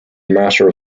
matter